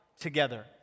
together